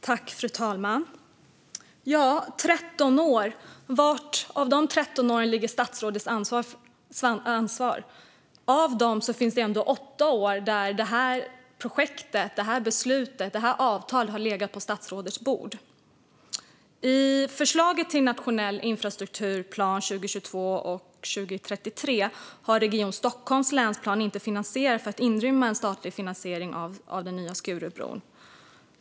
Fru talman! Var under dessa 13 år ligger statsrådets ansvar? Av dem finns det ju ändå 8 år där detta projekt, detta beslut, detta avtal har legat på statsrådets bord. I förslaget till nationell infrastrukturplan 2022-2033 har Region Stockholms länsplan inte finansierats för att inrymma en statlig finansiering av den nya Skurubron.